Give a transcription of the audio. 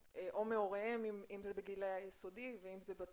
מאוד חשוב לשמוע מהתלמידים או מהוריהם אם זה בגילאי היסודי או התיכון.